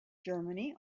germany